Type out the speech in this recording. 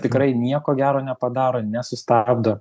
tikrai nieko gero nepadaro nesustabdo